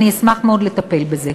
אני אשמח מאוד לטפל בזה.